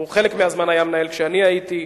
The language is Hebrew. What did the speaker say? חלק מהזמן הוא היה מנהל כשאני הייתי,